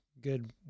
good